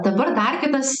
dabar dar kitas